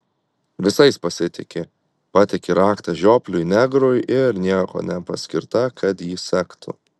visais pasitiki patiki raktą žiopliui negrui ir nieko nepaskirta kad jį sektų